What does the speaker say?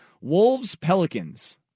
Wolves-Pelicans